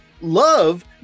love